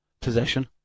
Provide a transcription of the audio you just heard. possession